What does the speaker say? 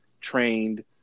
trained